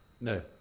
No